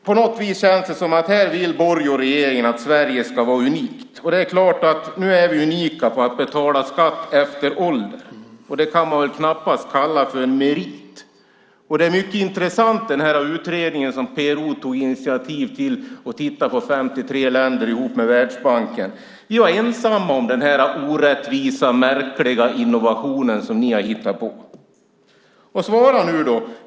På något vis känns det som att här vill Borg och regeringen att Sverige ska vara unikt. Det är klart att nu är vi unika på att betala skatt efter ålder. Det kan man väl knappast kalla för en merit. Det är mycket intressant med den utredning som PRO tog initiativ till där man tittade på 53 länder ihop med Världsbanken. Vi var ensamma om den här orättvisa märkliga innovationen som ni har hittat på. Svara nu!